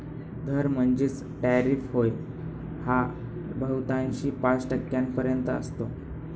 दर म्हणजेच टॅरिफ होय हा बहुतांशी पाच टक्क्यांपर्यंत असतो